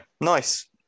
nice